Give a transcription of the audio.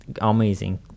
amazing